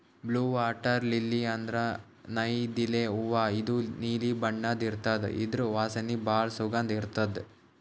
blue water lily ಅಂದ್ರ ನೈದಿಲೆ ಹೂವಾ ಇದು ನೀಲಿ ಬಣ್ಣದ್ ಇರ್ತದ್ ಇದ್ರ್ ವಾಸನಿ ಭಾಳ್ ಸುಗಂಧ್ ಇರ್ತದ್